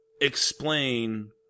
explain